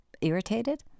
irritated